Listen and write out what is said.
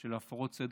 של הפרות סדר.